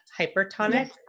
hypertonic